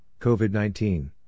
COVID-19